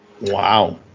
Wow